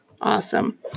Awesome